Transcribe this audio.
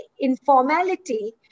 informality